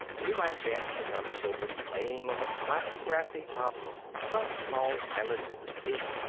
we might fancy some children playing on the flat grassy top of some tall island in the sea.